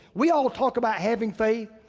we all talk about having faith.